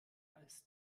als